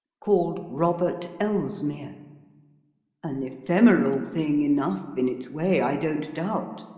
called robert elsmere an ephemeral thing enough in its way, i don't doubt,